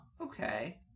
okay